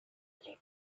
awfully